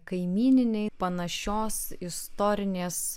kaimyniniai panašios istorinės